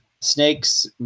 snakes